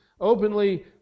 openly